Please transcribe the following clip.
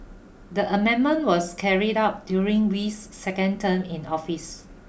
the amendment was carried out during Wee's second term in office